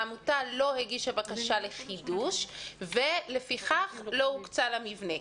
העמותה לא הגישה בקשה לחידוש ולפיכך לא הוקצה לה מבנה.